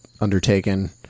undertaken